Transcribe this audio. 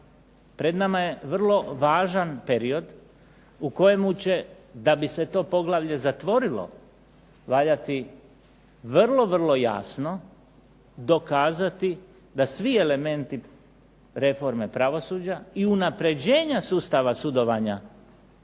Pred nama je vrlo važan period u kojemu će da bi se to poglavlje zatvorilo valjati vrlo, vrlo jasno dokazati da svi elementi reforme pravosuđa i unapređenja sustav sudovanja